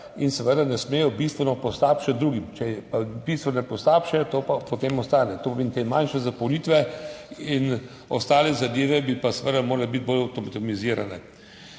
in seveda ne smejo bistveno poslabšati drugim. Če pa bistveno poslabša, to pa potem ostane. To pomeni, te manjše zapolnitve in ostale zadeve bi pa seveda morale biti bolj avtomatizirane.